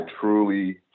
truly